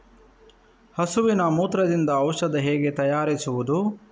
ಹಸುವಿನ ಮೂತ್ರದಿಂದ ಔಷಧ ಹೇಗೆ ತಯಾರಿಸುವುದು?